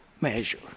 measure